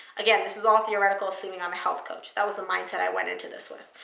again, this is all theoretical assuming i'm a health coach. that was the mindset i went into this with.